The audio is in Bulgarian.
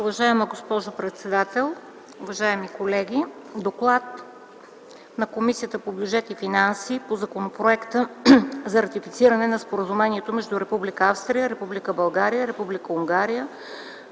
Уважаема госпожо председател, уважаеми колеги! „ДОКЛАД на Комисията по бюджет и финанси по Законопроект за ратифициране на Споразумението между Република Австрия, Република България,